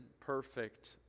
perfect